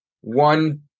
one